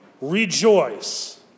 rejoice